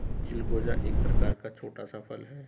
चिलगोजा एक प्रकार का छोटा सा फल है